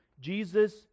Jesus